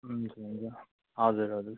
हुन्छ हजुर हजुर